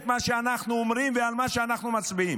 מה שאנחנו אומרים ועל מה שאנחנו מצביעים.